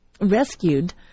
rescued